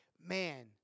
man